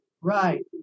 right